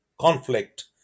conflict